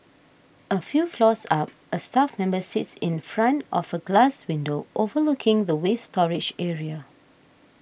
a few floors up a staff member sits in front of a glass window overlooking the waste storage area